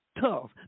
tough